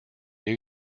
new